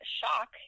shock